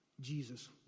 Jesus